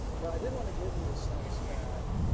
but i did want to give you the sense that